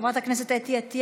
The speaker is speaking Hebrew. חברת הכנסת אתי עטייה,